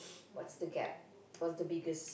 what's the gap what's the biggest